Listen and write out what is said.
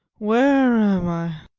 where am i?